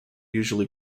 usually